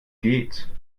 geht